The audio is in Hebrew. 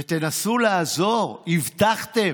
ותנסו לעזור, הבטחתם.